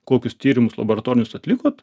kokius tyrimus laboratorinius atlikot